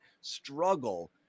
struggle